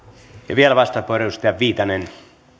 vielä vastauspuheenvuoro edustaja viitanen arvoisa